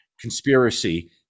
conspiracy